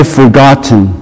forgotten